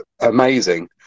amazing